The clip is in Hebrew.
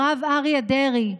הרב אריה דרעי,